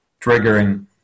triggering